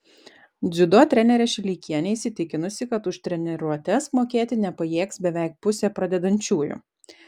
dziudo trenerė šileikienė įsitikinusi kad už treniruotes mokėti nepajėgs beveik pusė pradedančiųjų